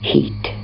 Heat